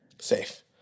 Safe